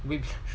whip